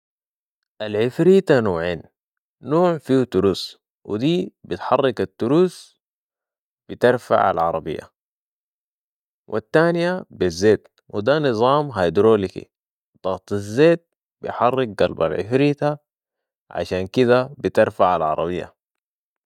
العفريته نوعين نوع فيو تروس و دي بتحرك التروس بترفع العربيه و التانيه بالزيت وده نظام ضغت الزيت بحريك قلب العفريتة وعشان كده بترفع العربيه